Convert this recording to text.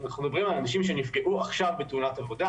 אנחנו מדברים על אנשים שנפגעו עכשיו בתאונת עבודה,